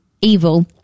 evil